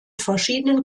verschiedenen